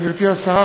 גברתי השרה,